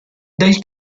del